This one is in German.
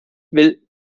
will